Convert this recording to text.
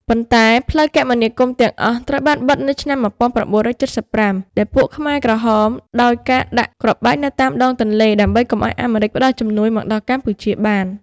ប៉ុន្តែផ្លូវគមនាគមន៍ទាំងអស់ត្រូវបានបិទនៅឆ្នាំ ១៩៧៥ ដែលពួកខ្មែរក្រហមដោយការដាក់គ្រាប់បែកនៅតាមដងទន្លេ ដើម្បីកុំឲ្យអាមេរិកផ្តល់ជំនួយមកដល់កម្ពុជាបាន។